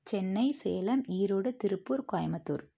Chennai Salem Erode Tiruppur Coimbatore